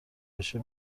بشه